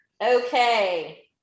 Okay